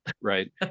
right